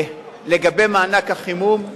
לגבי מענק החימום,